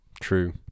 true